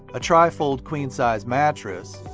a tri-fold queen-sized mattress,